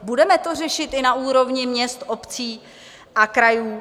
Budeme to řešit i na úrovni měst, obcí a krajů?